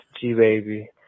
G-Baby